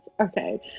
okay